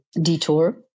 detour